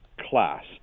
class